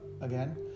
again